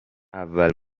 اول